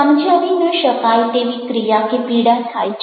સમજાવી ન શકાય તેવી ક્રિયા કે પીડા થાય છે